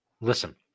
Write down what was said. Listen